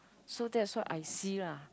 so that's what I see lah